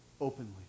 openly